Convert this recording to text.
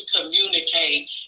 communicate